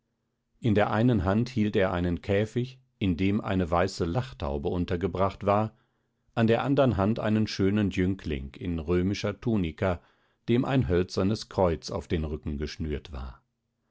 in der einen hand hielt er einen käfig in dem eine weiße lachtaube untergebracht war an der anderen hand einen schönen jüngling in römischer tunika dem ein hölzernes kreuz auf den rücken geschnürt war